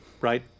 right